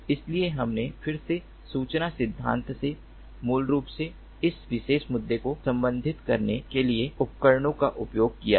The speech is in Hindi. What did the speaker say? इसलिए हमने फिर से सूचना सिद्धांत से मूल रूप से इस विशेष मुद्दे को संबोधित करने के लिए उपकरणों का उपयोग किया है